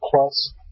plus